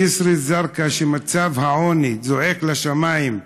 ג'יסר א-זרקא, שמצב העוני בה זועק לשמיים,